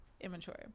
immature